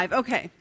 okay